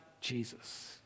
Jesus